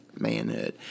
Manhood